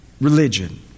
religion